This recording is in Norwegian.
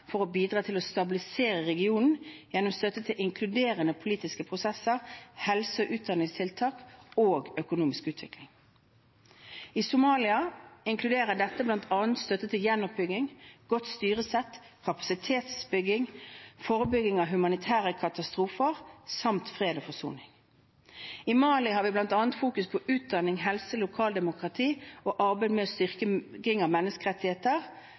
for å bidra til å stabilisere regionen, gjennom støtte til inkluderende politiske prosesser, helse- og utdanningstiltak og økonomisk utvikling. I Somalia inkluderer dette bl.a. støtte til gjenoppbygging, godt styresett, kapasitetsbygging, forebygging av humanitære katastrofer samt fred og forsoning. I Mali har vi bl.a. fokus på utdanning, helse, lokaldemokrati og arbeidet med styrking av menneskerettigheter,